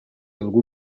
algú